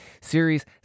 series